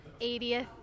80th